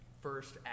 first